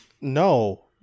No